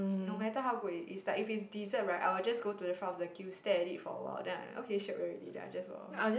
no matter how good it is like if it's dessert right I will just go to the front of the queue stare at it for a while then I'm like okay shiok already then I just walk